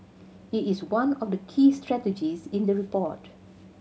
it is one of the key strategies in the report